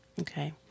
Okay